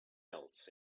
else